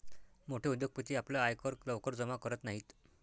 मोठे उद्योगपती आपला आयकर लवकर जमा करत नाहीत